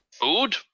Food